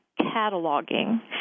cataloging